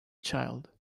child